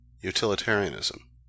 Utilitarianism